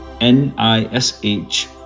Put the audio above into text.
N-I-S-H